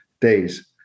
days